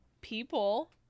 people